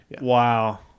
Wow